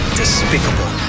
despicable